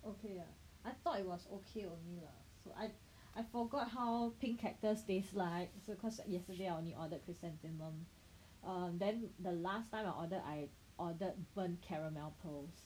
okay ah I thought it was okay only lah so I I forgot how pink cactus taste like 是 cause yesterday I only ordered chrysanthemum um then the last time I order I ordered burnt caramel pearls